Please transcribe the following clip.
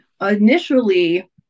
initially